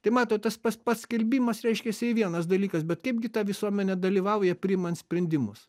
tai matot tas pas paskelbimas reiškiasi vienas dalykas bet kaipgi ta visuomenė dalyvauja priimant sprendimus